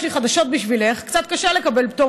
יש לי חדשות בשבילך: קצת קשה לקבל פטור